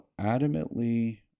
adamantly